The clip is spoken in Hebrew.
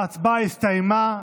ההצבעה הסתיימה.